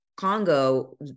Congo